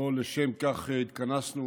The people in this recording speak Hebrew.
לא לשם כך התכנסנו.